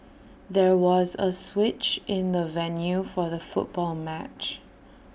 there was A switch in the venue for the football match